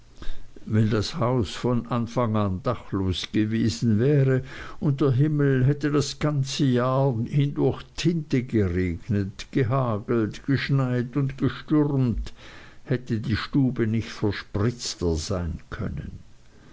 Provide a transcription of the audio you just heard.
wenn das haus von anfang an dachlos gewesen wäre und der himmel hätte das ganze jahr hindurch tinte geregnet gehagelt geschneit und gestürmt hätte die stube nicht verspritzter sein können